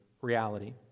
reality